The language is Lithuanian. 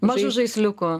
mažų žaisliukų